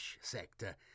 sector